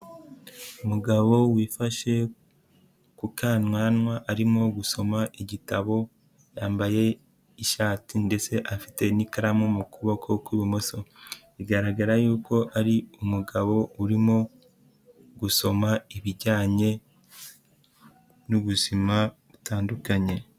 Umugabo wifashe ku kananwa arimo gusoma igitabo, yambaye ishati ndetse afite n'ikaramu mu kuboko kw'ibumoso, bigaragara yuko ari umugabo urimo gusoma ibijyanye n'ubuzima butandukanye.